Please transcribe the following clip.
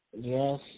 Yes